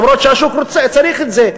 אף-על-פי שהשוק צריך את זה.